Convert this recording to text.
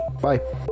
Bye